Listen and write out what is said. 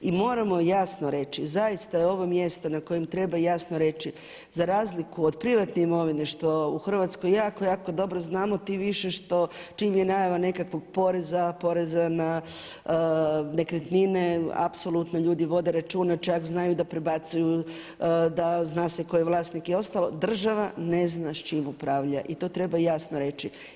I moramo jasno reći zaista je ovo mjesto na kojem treba jasno reći za razliku od privatne imovine što u Hrvatskoj jako, jako dobro znamo tim više što čim je najava nekakvog poreza, poreza na nekretnine apsolutno ljudi vode računa, čak znaju da prebacuju, da zna se tko je vlasnik i ostalo država ne zna s čim upravlja i to treba jasno reći.